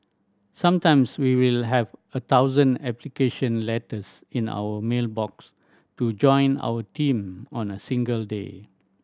sometimes we will have a thousand application letters in our mail box to join our team on a single day